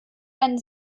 einen